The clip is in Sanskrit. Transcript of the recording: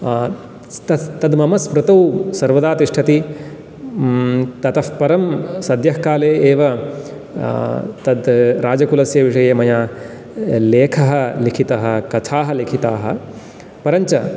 तत् मम स्मृतौ सर्वदा तिष्ठति ततः परं सद्यःकाले एव तत् राजकुलस्य विषये मया लेखः लिखितः कथाः लिखिताः परञ्च